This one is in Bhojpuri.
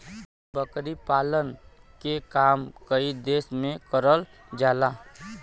बकरी पालन के काम कई देस में करल जाला